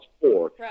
four